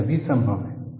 ये सभी संभव हैं